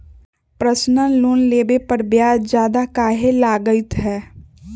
Personal loan लेबे पर ब्याज ज्यादा काहे लागईत है?